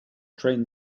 train